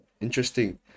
Interesting